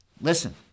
Listen